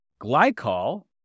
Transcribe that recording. Glycol